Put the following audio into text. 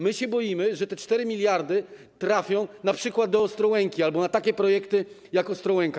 My się boimy, że te 4 mld trafią np. do Ostrołęki albo na takie projekty jak Ostrołęka.